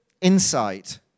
insight